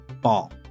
ball